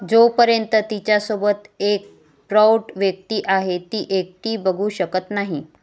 जोपर्यंत तिच्यासोबत एक प्रौढ व्यक्ती आहे ती एकटी बघू शकत नाही